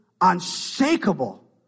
unshakable